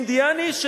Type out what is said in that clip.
אינדיאני,